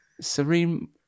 Serene